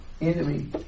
enemy